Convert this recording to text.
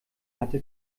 hatte